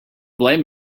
blame